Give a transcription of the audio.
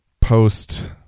post